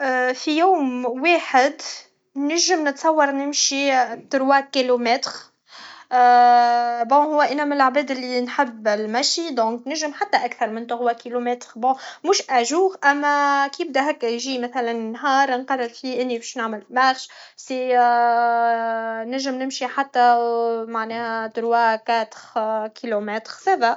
في يوم واحد نجم نتصور نمشي طروا كيلومتخ بون هو انا من لعباد لي نحب لمشي دنك نجم حتى اكثر من طخوا كيلوميتخ بون موش اجوغ اما كي يبدا هكا يجي مثلا نهارنقرر فيه اني باش نعمل مارش سيا نجم نمشي حتى معناها طروا كاطخ كيلومطخ سافا